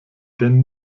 denn